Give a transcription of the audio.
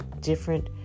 different